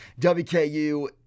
WKU